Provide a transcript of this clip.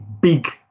big